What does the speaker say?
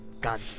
God